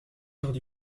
heures